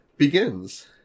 begins